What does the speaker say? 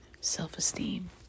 self-esteem